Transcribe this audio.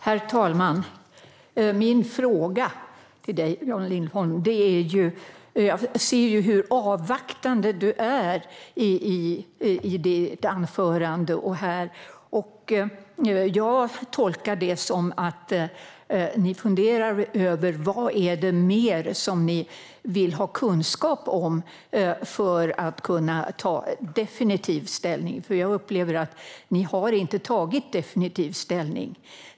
Herr talman! Jag har en fråga till Jan Lindholm. Jag ser ju hur avvaktande du är i ditt anförande. Jag tolkar det som att ni funderar över vad mer ni vill ha kunskap om för att kunna ta definitiv ställning. Jag upplever att ni inte har tagit definitiv ställning.